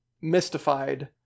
mystified